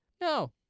no